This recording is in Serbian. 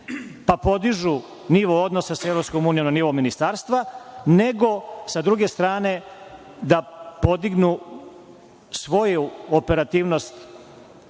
pa podižu nivo odnosa sa EU na nivo ministarstva, nego sa druge strane da podignu svoju operativnost